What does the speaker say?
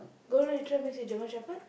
golden retriever mix with German Shepard